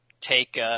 take